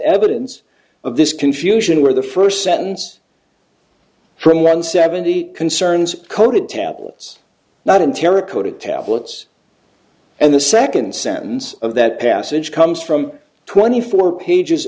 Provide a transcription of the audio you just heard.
evidence of this confusion where the first sentence from one seventy concerns coated tablets not in terra cota tablets and the second sentence of that passage comes from twenty four pages